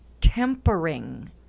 tempering